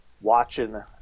watching